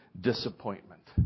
disappointment